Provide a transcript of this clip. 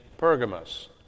Pergamos